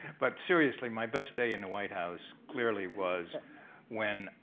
but seriously my best day in the white house clearly was when